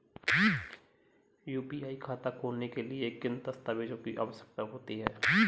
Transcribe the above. UPI खाता खोलने के लिए किन दस्तावेज़ों की आवश्यकता होती है?